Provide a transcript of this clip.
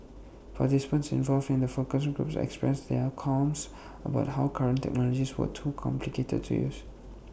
participants involved in the focus groups expressed their qualms about how current technologies were too complicated to use